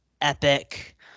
epic